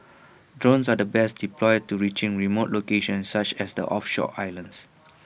drones are the best deployed to reaching remote locations such as the offshore islands